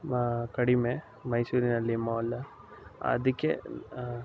ಮಾ ಕಡಿಮೆ ಮೈಸೂರಿನಲ್ಲಿ ಮಾಲ್ ಅದಕ್ಕೆ